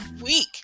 week